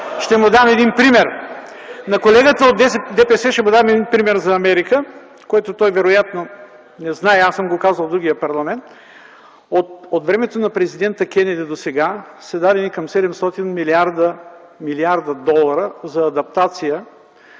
СТАНИЛОВ (Атака): На колегата от ДПС само ще му дам един пример за Америка, който той вероятно не знае. Аз съм го казвал в другия парламент. От времето на президента Кенеди досега са дадени към 700 млрд. долара за адаптация